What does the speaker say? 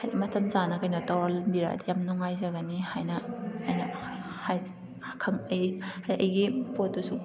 ꯍꯥꯏꯗꯤ ꯃꯇꯝ ꯆꯥꯅ ꯀꯩꯅꯣ ꯇꯧꯍꯟꯕꯤꯔꯛꯑꯗꯤ ꯌꯥꯝ ꯅꯨꯡꯉꯥꯏꯖꯒꯅꯤ ꯍꯥꯏꯅ ꯑꯩꯅ ꯑꯩꯒꯤ ꯑꯩꯒꯤ ꯄꯣꯠꯇꯨꯁꯨ